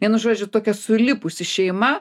vienu žodžiu tokia sulipusi šeima